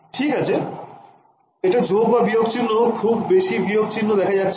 ঠিক আছে এটা যোগ বা বিয়োগ চিহ্ন খুব বেশি বিয়োগ চিহ্ন দেখা যাচ্ছে